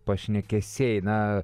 pašnekesiai na